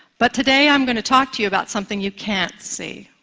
but today, i'm going to talk to you about something you can't see,